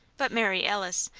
but mary alice,